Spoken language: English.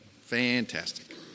Fantastic